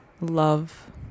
love